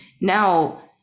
now